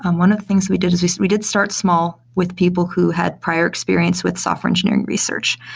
um one of things we did is we did start small with people who had prior experience with software engineering research.